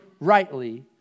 rightly